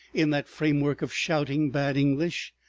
in that framework of shouting bad english.